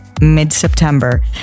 mid-September